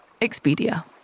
Expedia